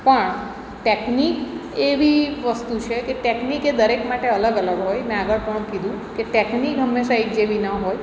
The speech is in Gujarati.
પણ ટેકનિક એવી વસ્તુ છે કે ટેકનિક એ દરેક માટે અલગ અલગ હોય મેં આગળ પણ કીધું કે ટેકનિક હંમેશા એક જેવી ન હોય